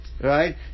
Right